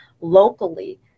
locally